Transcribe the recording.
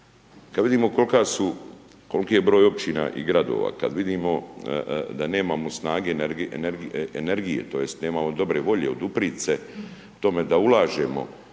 kol'ka su, kol'ki je broj Općina i Gradova, kad vidimo da nemamo snage i energije, to jest nemamo dobre volje oduprit se tome da ulažemo,